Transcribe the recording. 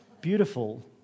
beautiful